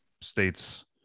state's